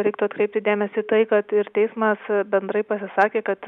reiktų atkreipti dėmesį į tai kad ir teismas bendrai pasisakė kad